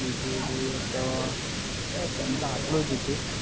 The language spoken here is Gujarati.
બીજું તો બસ એમ તો આટલું જ હતું